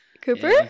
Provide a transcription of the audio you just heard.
cooper